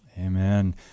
Amen